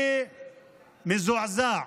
אני מזועזע